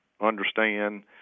understand